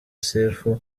sefu